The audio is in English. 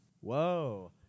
Whoa